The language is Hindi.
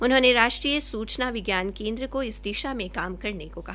उन्होंने राष्ट्रीय सूचना विज्ञानकेन्द्र को इस दिशा में काम करने को कहा